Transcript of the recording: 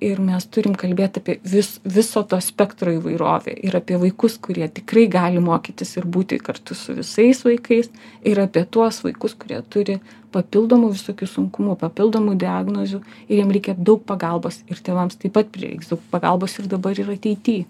ir mes turim kalbėt apie vis viso to spektro įvairovę ir apie vaikus kurie tikrai gali mokytis ir būti kartu su visais vaikais ir apie tuos vaikus kurie turi papildomų visokių sunkumų papildomų diagnozių ir jiem reikia daug pagalbos ir tėvams taip pat prireiks daug pagalbos ir dabar ir ateity